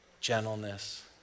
gentleness